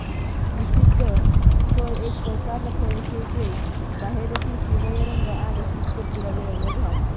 निषिद्ध फळ एक परकारनं फळ शे जे बाहेरतीन पिवयं रंगनं आणि फिक्कट गुलाबी रंगनं रहास